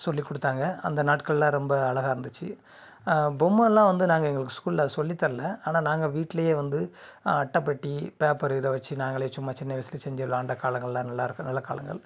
சொல்லி கொடுத்தாங்க அந்த நாட்களெலாம் ரொம்ப அழகா இருந்திச்சு பொம்மைலாம் வந்து நாங்கள் எங்கள் ஸ்கூலில் சொல்லி தரல ஆனால் நாங்கள் வீட்லேயே வந்து அட்டைப்பெட்டி பேப்பரு இதை வச்சி நாங்களே சும்மா சின்ன வயசில் செஞ்சு விள்ளாண்டக் காலங்கள் எல்லாம் நல்லாயிருக்கும் நல்ல காலங்கள்